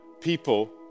people